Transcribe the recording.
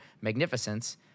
magnificence